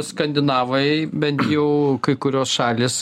skandinavai bent jau kai kurios šalys